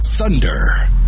Thunder